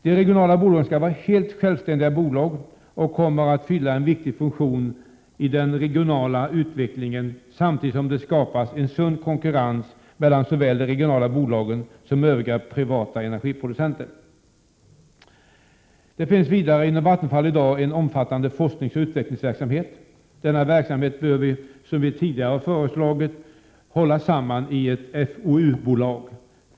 De regionala bolagen skall vara helt självständiga bolag och kommer att fylla en viktig funktion i den regionala utvecklingen, samtidigt som det skapas en sund konkurrens mellan såväl de regionala bolagen som övriga privata energiproducenter. Det finns inom Vattenfall i dag en omfattande forskningsoch utvecklings verksamhet. Denna verksamhet bör, som vi tidigare har föreslagit, hållas samman i ett fou-bolag.